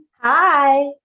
Hi